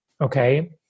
okay